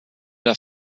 der